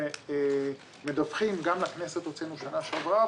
אנחנו מדווחים גם לכנסת הוצאנו שנה שעברה,